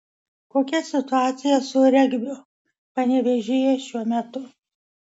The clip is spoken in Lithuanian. kokia situacija su regbiu panevėžyje šiuo metu